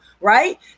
right